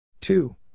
two